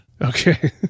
Okay